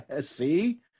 See